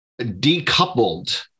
decoupled